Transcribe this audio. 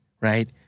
right